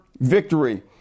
victory